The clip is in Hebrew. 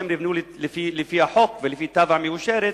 אף-על-פי שהם נבנו לפי החוק ולפי תב"ע מאושרת,